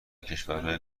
کشورهای